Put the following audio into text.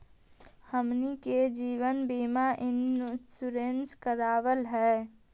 हमनहि के जिवन बिमा इंश्योरेंस करावल है?